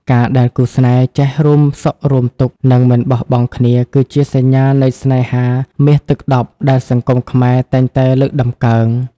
ការដែលគូស្នេហ៍ចេះ "រួមសុខរួមទុក្ខ និងមិនបោះបង់គ្នា" គឺជាសញ្ញានៃស្នេហាមាសទឹកដប់ដែលសង្គមខ្មែរតែងតែលើកតម្កើង។